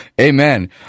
Amen